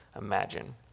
imagine